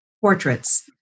portraits